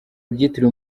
byitiriwe